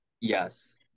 yes